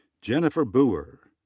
jennifer booher.